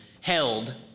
Held